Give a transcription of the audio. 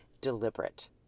deliberate